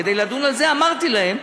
כדי לדון על זה אמרתי להם,